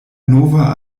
nova